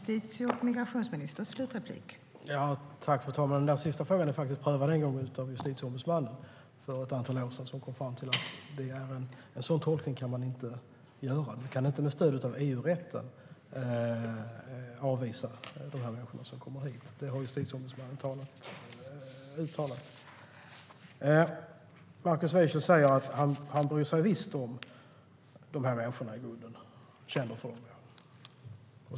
Fru talman! Den sista frågan är prövad en gång av Justitieombudsmannen, som för ett antal år sedan kom fram till att en sådan tolkning kan man inte göra. Man kan inte med stöd av EU-rätten avvisa de människor som kommer hit; det har Justitieombudsmannen alltså uttalat. Markus Wiechel säger att han visst bryr sig om de här människorna i grunden och att han känner för dem.